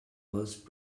most